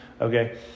Okay